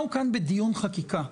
אנחנו כאן בדיון חקיקה.